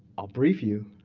i'll brief you.